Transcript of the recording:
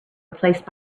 replaced